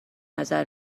نظر